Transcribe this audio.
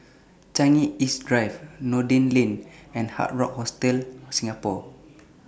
Changi East Drive Noordin Lane and Hard Rock Hostel Singapore